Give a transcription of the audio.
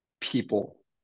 people